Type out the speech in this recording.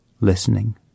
listening